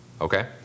okay